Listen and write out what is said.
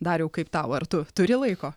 dariau kaip tau ar tu turi laiko